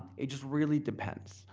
it just really depends.